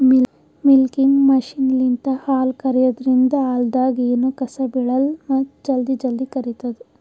milking ಮಷಿನ್ಲಿಂತ್ ಹಾಲ್ ಕರ್ಯಾದ್ರಿನ್ದ ಹಾಲ್ದಾಗ್ ಎನೂ ಕಸ ಬಿಳಲ್ಲ್ ಮತ್ತ್ ಜಲ್ದಿ ಜಲ್ದಿ ಕರಿತದ್